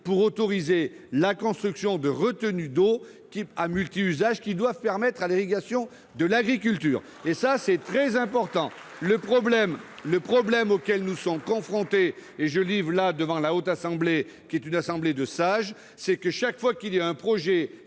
pour autoriser la construction de retenues d'eau à multi-usages, qui doivent permettre l'irrigation de l'agriculture. C'est très important ! Le problème auquel nous sommes confrontés- je livre ce constat à la Haute Assemblée qui est une assemblée de sages -, c'est qu'avant même la mise en place d'un projet